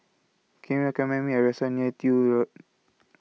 Can YOU recommend Me A Restaurant near Tiew Road